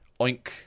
oink